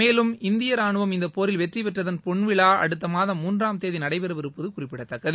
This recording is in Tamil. மேலும் இந்தியராணுவம் இந்தபோரில் வெற்றிபெற்றதன் பொன்விழாஅடுத்தமாதம் மூன்றாம் தேதிநடைபெறவிருப்பதைகுறிப்பிடத்தக்கது